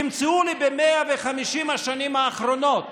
תמצאו ב-150 השנים האחרונות